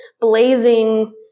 blazing